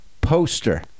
poster